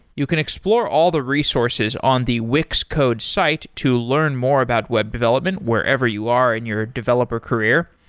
you can explore all the resources on the wix code's site to learn more about web development wherever you are in your developer career.